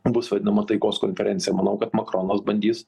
bus vadinama taikos konferencija manau kad makronas bandys